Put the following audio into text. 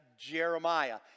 Jeremiah